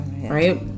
right